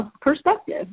perspective